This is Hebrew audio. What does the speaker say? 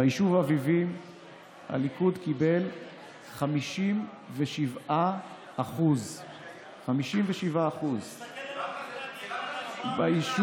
ביישוב אביבים הליכוד קיבל 57%. 57%. ביישוב